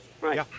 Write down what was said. Right